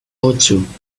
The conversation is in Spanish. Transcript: ocho